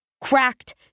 Cracked